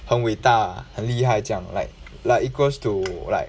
很伟大很厉害这样 like like equals to like